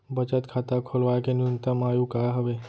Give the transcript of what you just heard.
बचत खाता खोलवाय के न्यूनतम आयु का हवे?